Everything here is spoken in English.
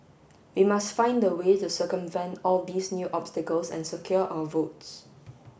we must find the way the circumvent all these new obstacles and secure our votes